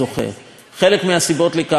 חלק מהסיבות לכך הן אובייקטיביות,